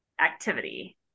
activity